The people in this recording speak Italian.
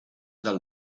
dal